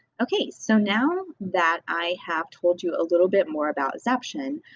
okay, so now that i have told you a little bit more about zaption,